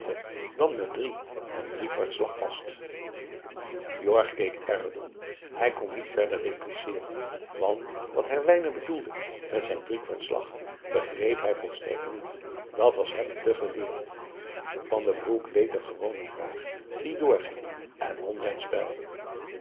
dan met drie en drie kwart slag vast jorg keek erg dom hij kon niet verder repliceeren want wat herwijnen bedoelde met zijn driekwart slag begreep hij volstrekt niet dat was hem te geleerd van den broek deed een gewone vraag die door ging en won zijn spel